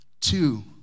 Two